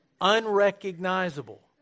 unrecognizable